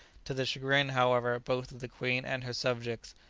to the chagrin, however, both of the queen and her subjects,